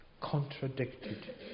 contradicted